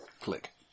Click